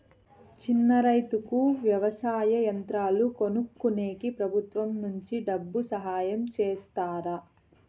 చిన్న రైతుకు వ్యవసాయ యంత్రాలు కొనుక్కునేకి ప్రభుత్వం నుంచి డబ్బు సహాయం చేస్తారా?